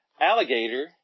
Alligator